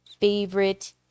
favorite